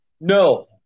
No